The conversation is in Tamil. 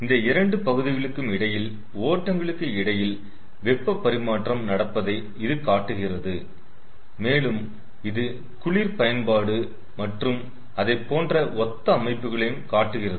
இந்த இரண்டு பகுதிகளுக்கும் இடையில் ஓட்டங்களுக்கு இடையில் வெப்பப் பரிமாற்றம் நடப்பதை இது காட்டுகிறது மேலும் இது குளிர் பயன்பாடு மற்றும் அதைப்போன்ற ஒத்த அமைப்புகளையும் காட்டுகிறது